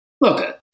Look